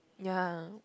ya